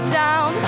down